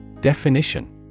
Definition